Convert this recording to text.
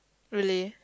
really